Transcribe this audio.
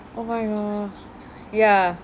oh my oh my ya